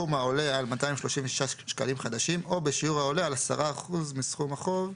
בסכום העולה על 236 שקלים חדשים או בשיעור העולה על 10% מסכום החוב,